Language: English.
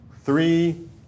three